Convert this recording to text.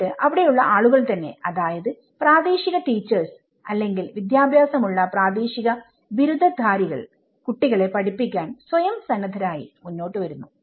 എന്നിട്ട് അവിടെ ഉള്ള ആളുകൾ തന്നെ അതായത് പ്രാദേശിക ടീച്ചേഴ്സ് അല്ലെങ്കിൽ വിദ്യാഭ്യാസം ഉള്ള പ്രാദേശിക ബിരുദധാരികൾ കുട്ടികളെ പഠിപ്പിക്കാൻ സ്വയം സന്നദ്ധരായി മുമ്പോട്ട് വരുന്നു